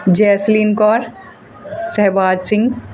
Jasleen Kaur Sahibaj Singh